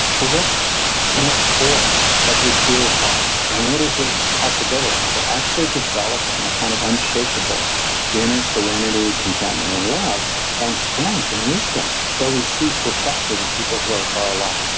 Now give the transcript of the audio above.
but what's inner core as we deal with life? and what is the possibility for actually developing a kind of unshakable inner serenity contentment and love and strength and wisdom that we see perfected in people who are far along.